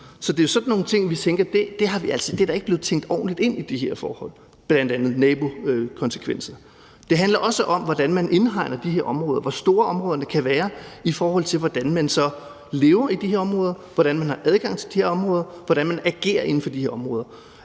Så det er sådan nogle ting, vi mener ikke er tænkt ordentligt ind i de her forhold, bl.a. konsekvenser for naboer. Det handler også om, hvordan man indhegner de her områder; hvor store områderne kan være, i forhold til hvordan man så lever i de her områder; hvordan man har adgang til de her områder; hvordan man agerer inden for de her områder.